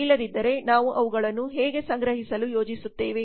ಇಲ್ಲದಿದ್ದರೆ ನಾವು ಅವುಗಳನ್ನು ಹೇಗೆ ಸಂಗ್ರಹಿಸಲು ಯೋಜಿಸುತ್ತೇವೆ